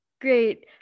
Great